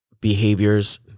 behaviors